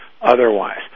otherwise